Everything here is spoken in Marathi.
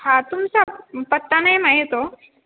हा तुमचा पत्ता नाही माहीत हो